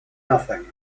nothing